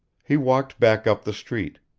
he walked back up the street.